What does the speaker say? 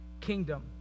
kingdom